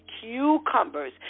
Cucumbers